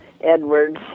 Edwards